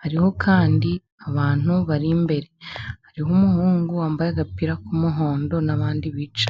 Hariho kandi abantu bari imbere hariho umuhungu wambaye agapira k'umuhondo n'abandi bicaye.